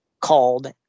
called